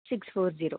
six four zero